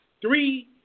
three